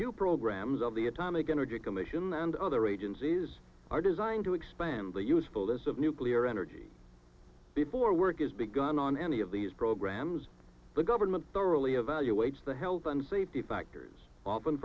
new programs of the atomic energy commission and other agencies are designed to expand the usefulness of nuclear energy before work is begun on any of these programs the government thoroughly evaluates the health and safety factors often